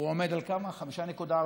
הוא עומד על כמה, 5.4%?